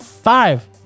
Five